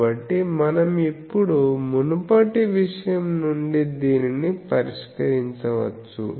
కాబట్టి మనం ఇప్పుడు మునుపటి విషయం నుండి దీనిని పరిష్కరించవచ్చు